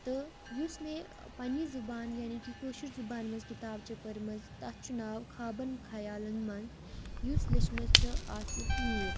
تہٕ یُس مےٚ پنٛنہِ زبان یعنے کہِ کٲشِر زُبانہِ منٛز کِتاب چھِ پٔرمٕژ تَتھ چھُ ناو خابَن خیالَن منٛز یُس لیچھمٕژ چھِ عاصف میٖر